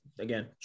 Again